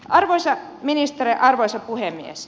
arvoisa ministeri arvoisa puhemies